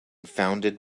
founded